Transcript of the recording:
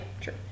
true